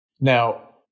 Now